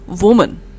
Woman